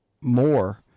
more